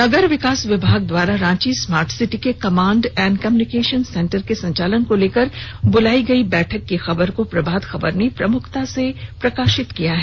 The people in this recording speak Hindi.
नगर विकास विभाग द्वारा रांची स्मार्ट सिटी के कमांड एण्ड कम्यूनिकेशन सेंटर के संचालन को लेकर बुलाई गई बैठक की खबर को प्रभात खबर ने प्रमुखता से प्रकाशित किया है